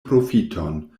profiton